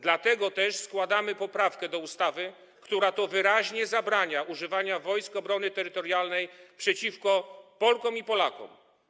Dlatego też składamy poprawkę do ustawy, która wyraźnie zabrania używania Wojsk Obrony Terytorialnej przeciwko Polkom i Polakom.